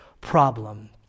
problem